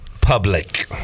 public